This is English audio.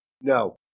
No